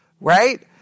right